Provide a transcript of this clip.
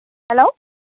hello